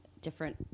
different